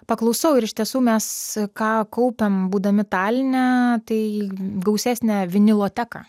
paklausau ir iš tiesų mes ką kaupiam būdami taline tai gausesnę viniloteką